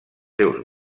seus